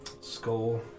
Skull